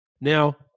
Now